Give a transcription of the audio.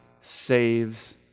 saves